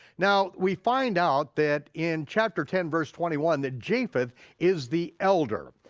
now, we find out that in chapter ten verse twenty one, that japheth is the elder,